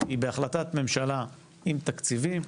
היא בהחלטת ממשלה עם תקציבים,